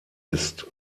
ist